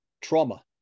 trauma